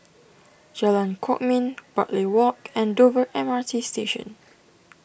Jalan Kwok Min Bartley Walk and Dover M R T Station